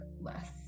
less